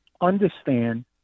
understand